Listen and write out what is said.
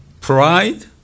Pride